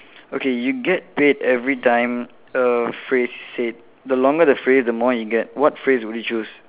okay you get paid every time a phrase is said the longer the phrase the more you get what phrase would you choose